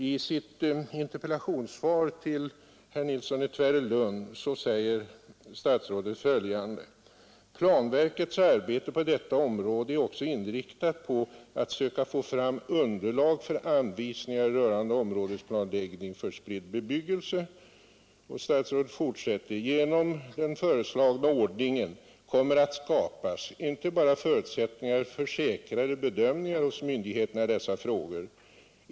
I sitt interpellationssvar till herr Nilsson i Tvärålund säger statsrådet bl.a. följande: ”Planverkets arbete på detta område är också inriktat på att söka få fram underlag för anvisningar rörande områdesplanläggning för spridd bebyggelse. Genom den föreslagna ordningen kommer att skapas inte bara förutsättningar för säkrare bedömningar hos myndigheterna i dessa frågor.